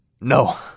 No